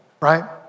right